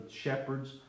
shepherds